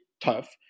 tough